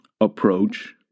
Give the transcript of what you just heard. approach